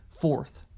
Fourth